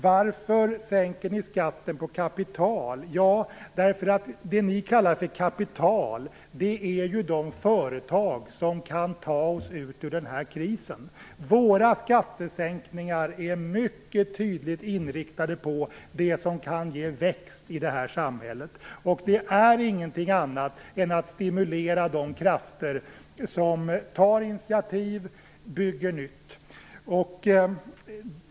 Varför sänker ni skatten på kapital? frågar statsrådet också. Jo, därför att det som Socialdemokraterna kallar för kapital är de företag som kan ta oss ur krisen. Folkpartiets skattesänkningar är mycket tydligt inriktade på det som kan ge tillväxt i samhället. De är ingenting annat än en stimulans av de krafter som tar initiativ och bygger nytt.